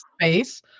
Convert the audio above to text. space